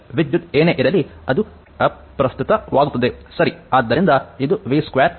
ವಿದ್ಯುತ್ ಏನೇ ಇರಲಿ ಅದು ಅಪ್ರಸ್ತುತವಾಗುತ್ತದೆ ಸರಿ